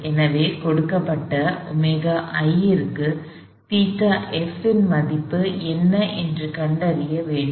எனவே கொடுக்கப்பட்ட ωi க்கு ϴf இன் மதிப்பு என்ன என்று கண்டறிய வேண்டும்